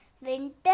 winter